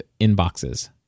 inboxes